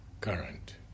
current